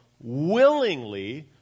willingly